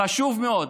חשוב מאוד,